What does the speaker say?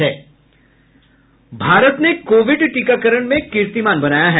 भारत ने कोविड टीकाकरण में कीर्तिमान बनाया है